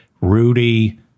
Rudy